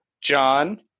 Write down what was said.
John